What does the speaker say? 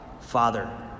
Father